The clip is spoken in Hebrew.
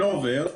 לא עובר.